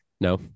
no